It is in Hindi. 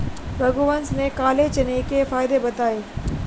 रघुवंश ने काले चने के फ़ायदे बताएँ